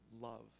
love